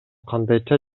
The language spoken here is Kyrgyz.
кандайча